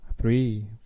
three